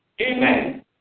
Amen